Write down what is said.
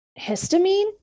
histamine